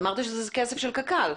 אמרת שזה כסף של קק"ל.